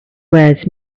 wears